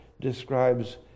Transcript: describes